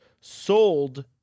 sold